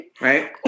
right